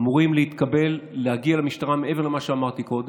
אמורים להגיע למשטרה, מעבר למה שאמרתי קודם,